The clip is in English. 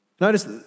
Notice